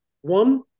One